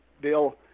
Bill